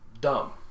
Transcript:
dumb